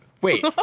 Wait